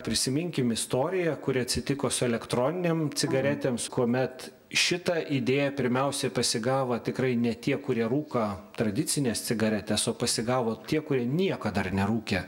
prisiminkim istoriją kuri atsitiko su elektroninėm cigaretėms kuomet šitą idėją pirmiausia pasigavo tikrai ne tie kurie rūka tradicines cigaretes o pasigavo tie kurie nieko dar nerūkė